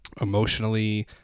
emotionally